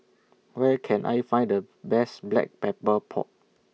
Where Can I Find The Best Black Pepper Pork